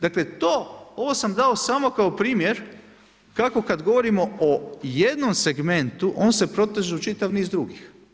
Dakle, ovo sam dao samo kao primjer kako kad govorimo o jednom segmentu, on se proteže u čitav niz drugih.